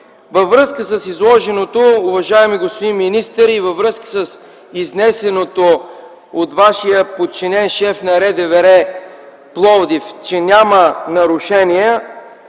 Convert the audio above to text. Във връзка с изложеното, уважаеми господин министър, и във връзка с изнесеното от вашия подчинен шеф на РДВР – Пловдив, че няма нарушения,